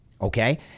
Okay